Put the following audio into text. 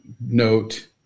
note